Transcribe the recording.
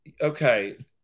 okay